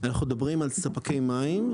אנחנו מדברים על ספקי מים.